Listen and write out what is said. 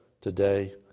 today